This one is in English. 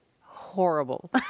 horrible